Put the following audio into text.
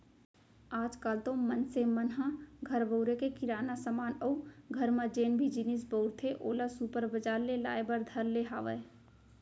आज काल तो मनसे मन ह घर बउरे के किराना समान अउ घर म जेन भी जिनिस बउरथे ओला सुपर बजार ले लाय बर धर ले हावय